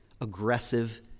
aggressive